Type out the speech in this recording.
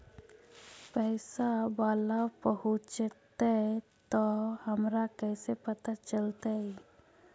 पैसा बाला पहूंचतै तौ हमरा कैसे पता चलतै?